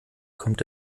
kommt